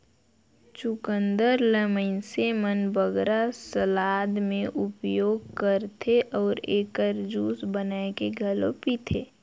चुकंदर ल मइनसे मन बगरा सलाद में उपयोग करथे अउ एकर जूस बनाए के घलो पीथें